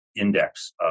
index